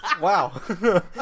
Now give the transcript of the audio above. Wow